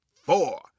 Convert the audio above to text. four